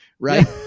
Right